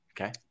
Okay